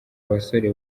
abasore